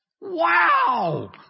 Wow